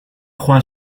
joan